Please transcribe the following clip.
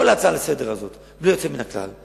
כל ההצעה הזאת לסדר-היום, בלי יוצא מן הכלל,